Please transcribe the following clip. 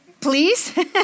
Please